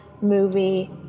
movie